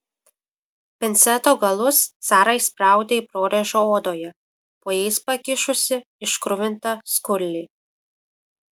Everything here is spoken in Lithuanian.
pinceto galus sara įspraudė į prorėžą odoje po jais pakišusi iškruvintą skurlį